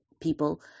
people